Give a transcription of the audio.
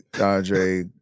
Andre